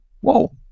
whoa